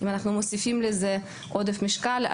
אם אנחנו מוסיפים לזה עודף משקל,